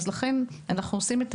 לכן אנחנו עושים את